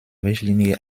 richtlinie